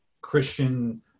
Christian